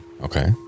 Okay